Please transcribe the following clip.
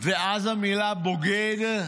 ואז המילה "בוגד"